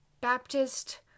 baptist